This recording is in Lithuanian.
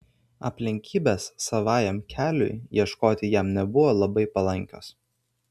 aplinkybės savajam keliui ieškoti jam nebuvo labai palankios